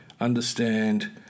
understand